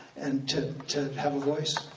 and to to have a voice.